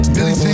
Billy